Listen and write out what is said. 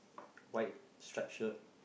white stripe shirt